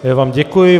Já vám děkuji.